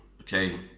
Okay